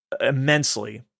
immensely